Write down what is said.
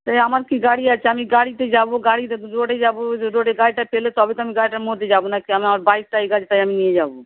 তাই আমার কি গাড়ি আছে আমি গাড়িতে যাবো গাড়িতে রোডে যাবো রোডে গাড়িটা পেলে তবে তো আমি গাড়িটার মধ্যে যাবো নাকি আমার বাইক টাইক আমি নিয়ে যাবো